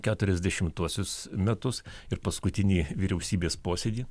keturiasdešimtuosius metus ir paskutinį vyriausybės posėdį